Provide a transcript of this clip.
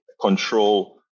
control